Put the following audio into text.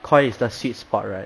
koi is the sweet spot right